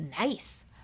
nice